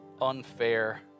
unfair